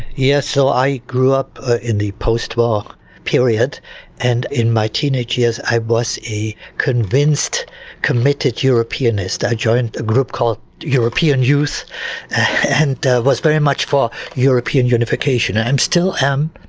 yes, so i grew up ah in the post-war period and in my teenage years i was a convinced committed europeanist. i joined a group called european youth and was very much for european unification. i still am,